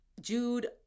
Jude